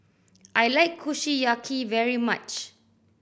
I like Kushiyaki very much